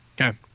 Okay